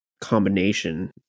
combination